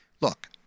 Look